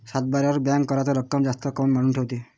सातबाऱ्यावर बँक कराच रक्कम जास्त काऊन मांडून ठेवते?